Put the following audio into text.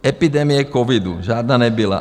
Epidemie covidu žádná nebyla.